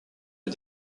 les